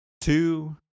two